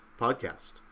podcast